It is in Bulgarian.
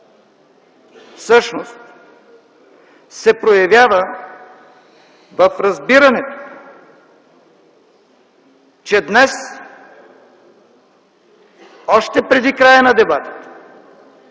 всъщност се проявява в разбирането, че днес, още преди края на дебатите,